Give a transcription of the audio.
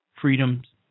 freedoms